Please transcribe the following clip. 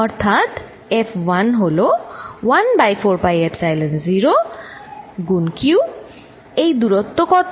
অর্থাৎ F1 হল 1বাই 4 পাই এপসাইলন0 গুনq এই দূরত্ব কত